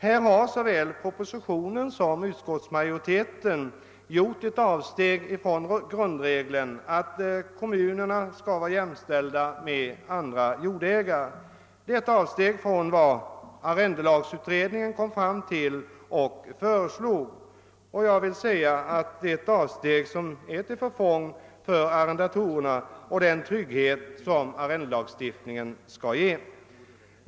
Här har man såväl i propositionen som i utlåtandet gjort ett avsteg från grundregeln att kommunerna skall vara jämställda med andra jordägare. Detta är också ett avsteg från vad arrendelagsutredningen föreslog. Det är ett avsteg som är till förfång för arrendatorerna och som minskar den trygghet som arrendelagstiftningen skall ge.